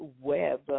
Web